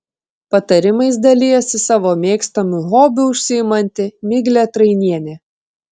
patarimais dalijasi savo mėgstamu hobiu užsiimanti miglė trainienė